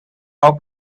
how